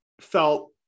felt